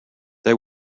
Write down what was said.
they